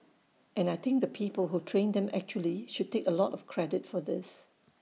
and I think the people who trained them actually should take A lot of credit for this